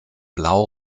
blau